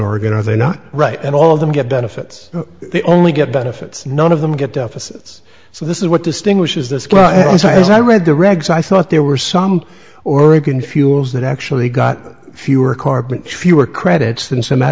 oregon are they not right and all of them get benefits they only get benefits none of them get deficit's so this is what distinguishes this crime is i read the regs i thought there were some oregon fuels that actually got fewer carbon fewer credits than some out